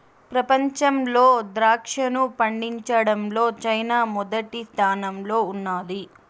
ప్రపంచంలో ద్రాక్షను పండించడంలో చైనా మొదటి స్థానంలో ఉన్నాది